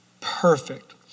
perfect